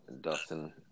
Dustin